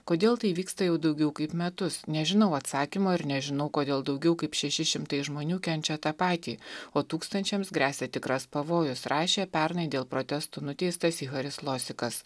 kodėl tai vyksta jau daugiau kaip metus nežinau atsakymo ir nežinau kodėl daugiau kaip šeši šimtai žmonių kenčia tą patį o tūkstančiams gresia tikras pavojus rašė pernai dėl protestų nuteistas iharis losikas